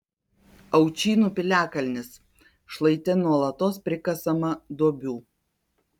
aučynų piliakalnis šlaite nuolatos prikasama duobių